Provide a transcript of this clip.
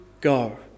go